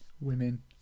Women